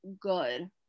good